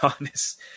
honest